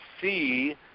see